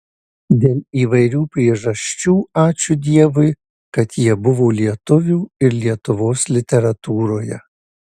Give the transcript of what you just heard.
dėl įvairių priežasčių ačiū dievui kad jie buvo lietuvių ir lietuvos literatūroje